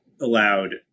allowed